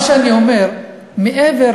מה שאני אומר, עבריינים מלידה.